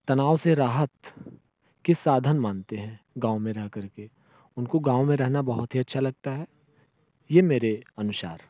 तनाव से राहत किस साधन मानते हैं गाँव में रह कर के उनका गाँव में रहना बहुत ही अच्छा लगता है यह मेरे अनुसार